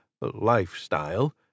lifestyle